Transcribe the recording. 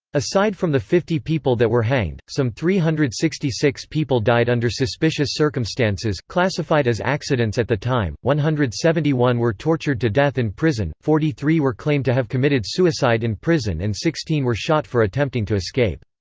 aside from the fifty people that were hanged, some three hundred and sixty six people died under suspicious circumstances classified as accidents at the time, one hundred and seventy one were tortured to death in prison, forty three were claimed to have committed suicide in prison and sixteen were shot for attempting to escape.